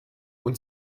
und